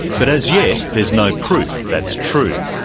but as yet there is no proof that's true.